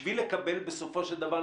בשביל לקבל בסופו של דבר,